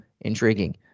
intriguing